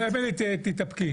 אמילי, תתאפקי.